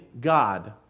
God